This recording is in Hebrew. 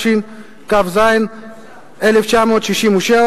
התשכ"ז 1967,